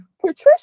patricia